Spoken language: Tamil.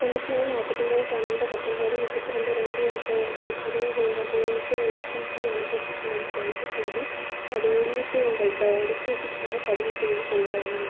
தொண்ணூற்றி நாலு நாற்பத்தி மூணு பன்னெண்டு பத்தொம்போது முப்பத்தி ரெண்டு ரெண்டு என்ற உங்கள் பதிவு செய்யப்பட்ட எண்ணுக்கு ஓடிபி அனுப்பப்பட்டுள்ளது தயவுசெய்து அதை உள்ளிட்டு உங்கள் தடுப்பூசிக்காகப் பதிவுசெய்து கொள்ளவும்